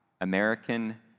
American